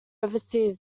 overseas